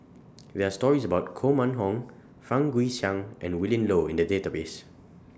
There Are stories about Koh Mun Hong Fang Guixiang and Willin Low in The Database